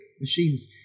machines